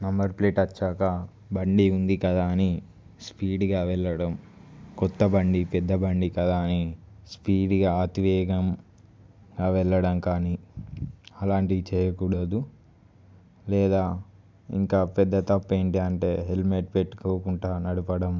number plate వచ్చాక బండి ఉంది కదా అని స్పీడ్గా వెళ్ళడం కొత్త బండి పెద్ద బండి కదా అని స్పీడ్గా అతివేగం వెళ్ళడం కానీ అలాంటివి చేయకూడదు లేదా ఇంకా పెద్ద తప్పు ఏంటి అంటే హెల్మెట్ పెట్టుకోకుండా నడపడం